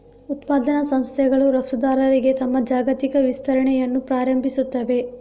ಉತ್ಪಾದನಾ ಸಂಸ್ಥೆಗಳು ರಫ್ತುದಾರರಾಗಿ ತಮ್ಮ ಜಾಗತಿಕ ವಿಸ್ತರಣೆಯನ್ನು ಪ್ರಾರಂಭಿಸುತ್ತವೆ